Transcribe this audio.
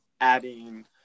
adding